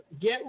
get